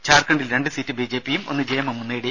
ഝാർഖണ്ഡിൽ രണ്ട് സീറ്റ് ബി ജെപിയും ഒന്ന് ജെ എം എമ്മും നേടി